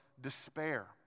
despair